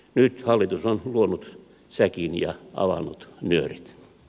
nyt hallitus on luonut säkin ja avannut nyörit